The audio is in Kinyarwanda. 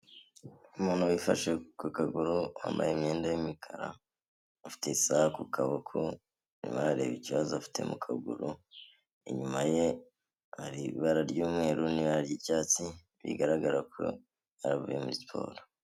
Umuntu wifasheku kagaguru wambaye imyenda y'imikara afite isaha ku kaboko, arimo arareba ikibazo afite mu kaguru, inyuma ye hari ibara ry'umweru n'ibara ry'icyatsi bigaragara ko avuye muri siporo.